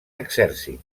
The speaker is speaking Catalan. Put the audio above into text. exèrcit